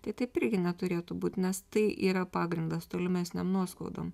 tai taip irgi neturėtų būt nes tai yra pagrindas tolimesniom nuoskaudom